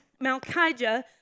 Malchijah